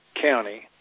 County